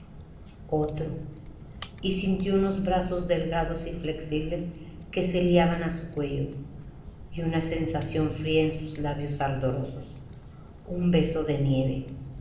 otro y sintió unos brazos delgados y flexibles que se haban á su cuello y una sensación fría en sus labios ardorosos un beso de nieve